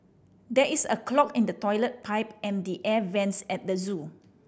there is a clog in the toilet pipe and the air vents at the zoo